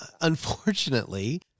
unfortunately